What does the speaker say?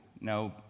now